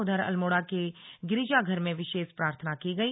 उधर अल्मोड़ा के गिरिजाघर में विशेष प्रार्थना की गई